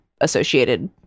associated